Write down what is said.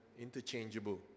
interchangeable